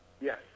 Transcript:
Yes